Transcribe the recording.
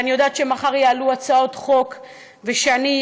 ואני יודעת שמחר יעלו הצעות חוק,